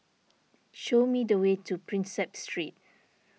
show me the way to Prinsep Street